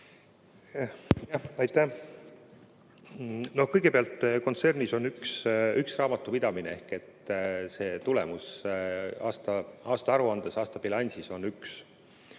Aitäh! Kõigepealt, kontsernis on üks raamatupidamine ehk see tulemus aastaaruandes, aastabilansis on üks.